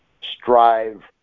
strive